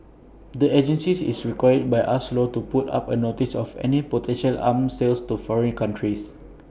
the agency is required by us law to put up A notice of any potential arm sales to foreign countries